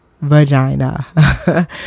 vagina